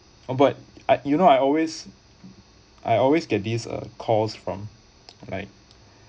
uh but I you know I always I always get these uh calls from like